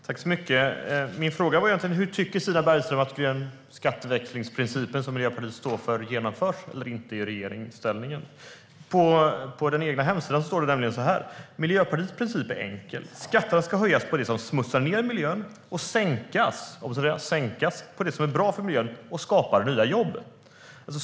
Herr talman! Min fråga var egentligen: Tycker Stina Bergström att den skatteväxlingsprincip som Miljöpartiet står för genomförs eller inte när man är i regeringsställning? På den egna hemsidan står det nämligen så här: Miljöpartiets princip är enkel. Skatterna ska höjas på det som smutsar ned miljön och sänkas på det som är bra för miljön och skapar nya jobb.